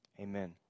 Amen